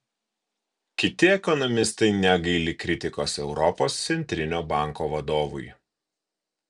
kiti ekonomistai negaili kritikos europos centrinio banko vadovui